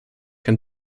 can